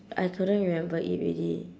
I couldn't remember it already